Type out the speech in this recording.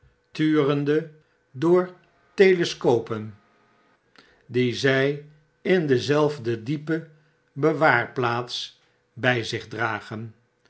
turende door overdrukken telescopen die zy in dezelfde diepe bewaarplaats by zich dragen